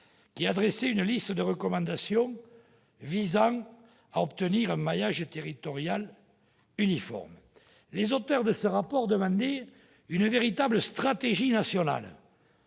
qui a dressé une liste de recommandations visant à obtenir un maillage territorial uniforme. Les auteurs de ce document demandaient une véritable stratégie nationale